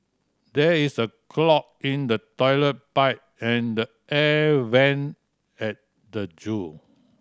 there is a clog in the toilet pipe and the air vent at the zoo